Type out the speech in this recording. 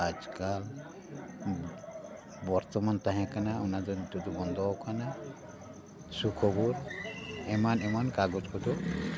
ᱟᱡᱽᱠᱟᱞ ᱵᱚᱨᱛᱚᱢᱟᱱ ᱛᱟᱦᱮᱸ ᱠᱟᱱᱟ ᱚᱱᱟ ᱫᱚ ᱱᱤᱛᱚᱜ ᱫᱚ ᱵᱚᱱᱫᱚ ᱟᱠᱟᱱᱟ ᱥᱩᱠᱷᱚᱵᱚᱨ ᱮᱢᱟᱱ ᱮᱢᱟᱱ ᱠᱟᱜᱚᱡᱽ ᱠᱚᱫᱚ